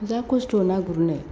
जा खस्थ' ना गुरनो